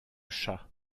chat